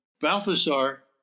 Balthasar